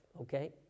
okay